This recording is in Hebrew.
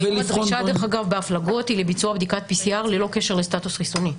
האם הדרישה בהפלגות היא לביצוע PCR ללא קשר לסטטוס חיסוני.